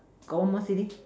got one more silly